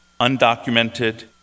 undocumented